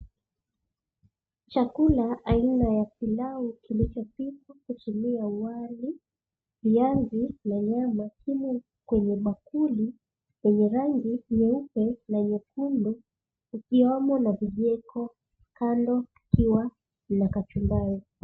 Chakula aina ya pilau kilichopikwa kina wali, viazi ziko kwenye bakuli yenye rangi nyeupe zikiwemo na vijiko kando yake ikiwa na kachumbari.